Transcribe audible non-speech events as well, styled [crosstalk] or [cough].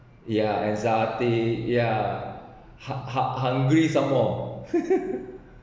ya anxiety ya hung~ hung~ hungry some more [laughs]